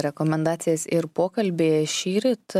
rekomendacijas ir pokalbį šįryt